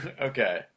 Okay